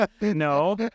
No